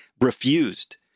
refused